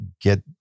Get